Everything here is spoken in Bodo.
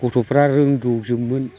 गथ'फोरा रोंजोबगौमोन